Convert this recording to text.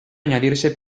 añadirse